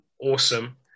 awesome